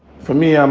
for me, um,